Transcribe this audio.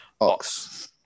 Ox